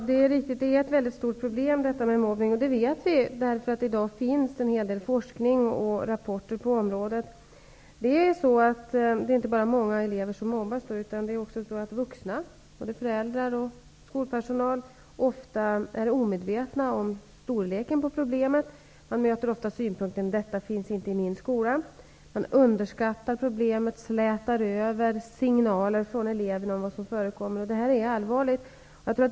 Herr talman! Det är riktigt att mobbningen är ett väldigt stort problem. Det vet vi därför att det i dag finns en hel del forskning och rapporter på området. Det är inte bara så att många elever mobbas. Både föräldrar och skolpersonal är ofta omedvetna om storleken på problemet. Man möter ofta synpunkten: detta finns inte i min skola. Man underskattar problemet, slätar över signaler från eleverna om vad som förekommer. Det här är allvarligt.